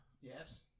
Yes